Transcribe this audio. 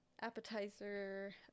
appetizer